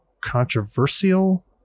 controversial